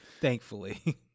thankfully